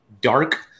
dark